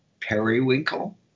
periwinkle